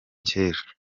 kera